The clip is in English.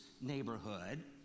neighborhood